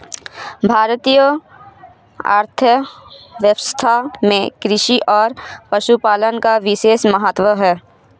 भारतीय अर्थव्यवस्था में कृषि और पशुपालन का विशेष महत्त्व है